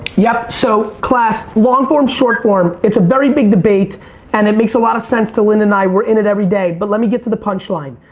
yeah, so class. long form, short form. it's a very big debate and it makes a lot of sense to linda and i we're in it every day. but let me get to the punchline.